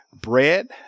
Bread